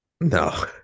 No